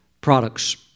products